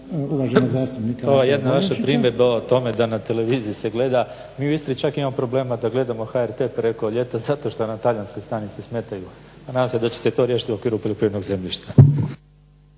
ne razumije se./… o tome da na televiziji se gleda. Mi u Istri čak imamo problema da gledamo HRT preko ljeta zato što nam talijanske stanice smetaju, a nadam se da će se to riješiti u okviru poljoprivrednog zemljišta.